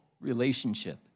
relationship